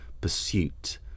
pursuit